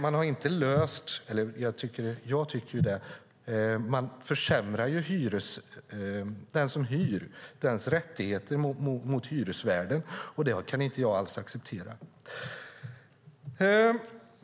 Man försämrar rättigheterna för den som hyr gentemot hyresvärden, och det kan jag inte alls acceptera.